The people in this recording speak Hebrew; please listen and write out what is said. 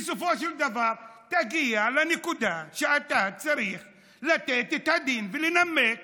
בסופו של דבר תגיע לנקודה שאתה צריך לתת את הדין ולנמק